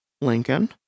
lincoln